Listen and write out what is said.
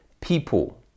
people